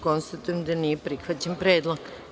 Konstatujem da nije prihvaćen predlog.